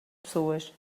pessoas